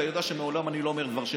אתה יודע שמעולם אני לא אומר דבר שקר,